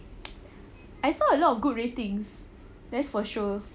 I saw a lot of good ratings that's for sure